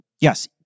Yes